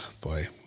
boy